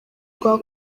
rwa